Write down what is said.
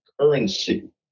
currency